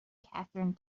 catherine